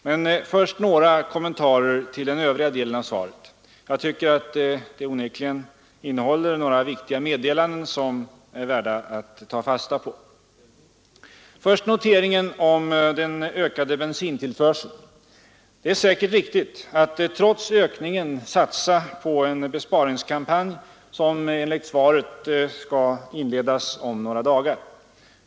Men först några kommentarer till den övriga delen av svaret. Jag tycker att det onekligen innehåller några viktiga meddelanden som är värda att ta fasta på. Först noteringen om den ökade bensintillförseln. Det är säkert riktigt att trots ökningen satsa på en besparingskampanj, som enligt svaret skall inledas om några dagar.